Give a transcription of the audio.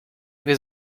wir